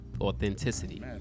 authenticity